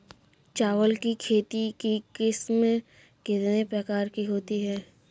चावल की खेती की किस्में कितने प्रकार की होती हैं?